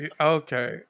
okay